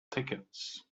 tickets